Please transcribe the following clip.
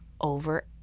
over